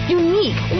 unique